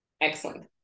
excellent